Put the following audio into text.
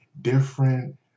different